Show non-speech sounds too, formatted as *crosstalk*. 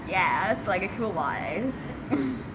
yes like a *laughs*